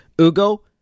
Ugo